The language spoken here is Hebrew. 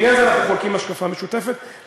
בעניין הזה אנחנו חולקים השקפה משותפת,